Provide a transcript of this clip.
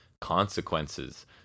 Consequences